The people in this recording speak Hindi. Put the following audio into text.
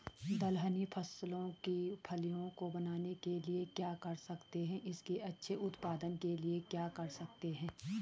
दलहनी फसलों की फलियों को बनने के लिए क्या कर सकते हैं इसके अच्छे उत्पादन के लिए क्या कर सकते हैं?